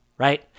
Right